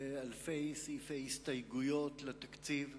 ואלפי סעיפי הסתייגויות לתקציב,